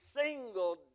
single